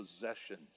possessions